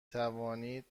توانید